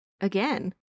Again